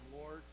Lord